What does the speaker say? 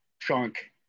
chunk